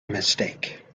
mistake